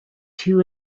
two